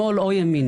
שמאל או ימין,